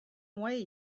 way